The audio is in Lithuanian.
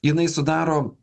jinai sudaro